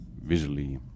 visually